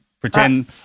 pretend